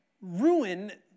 ruin